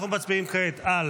אנחנו מצביעים כעת על